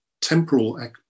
temporal